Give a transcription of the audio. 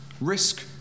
risk